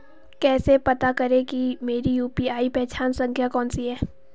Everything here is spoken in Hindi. कैसे पता करें कि मेरी यू.पी.आई पहचान संख्या कौनसी है?